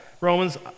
Romans